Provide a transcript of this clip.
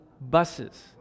buses